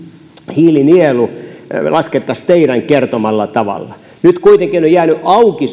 hiilinielu laskettaisiin teidän kertomallanne tavalla nyt kuitenkin on sopimuksessa jäänyt auki